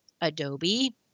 Adobe